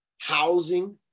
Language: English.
housing